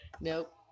Nope